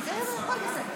הכול בסדר.